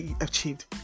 achieved